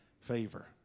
favor